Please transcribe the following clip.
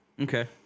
Okay